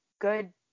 good